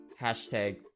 Hashtag